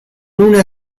una